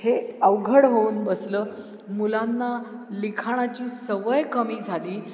हे अवघड होऊन बसलं मुलांना लिखाणाची सवय कमी झाली